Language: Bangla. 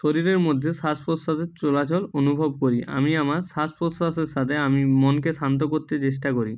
শরীরের মধ্যে শ্বাস প্রশ্বাসের চলাচল অনুভব করি আমি আমার শ্বাস প্রশ্বাসের সাথে আমি মনকে শান্ত করতে চেষ্টা করি